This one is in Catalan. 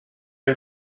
hem